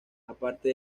aparte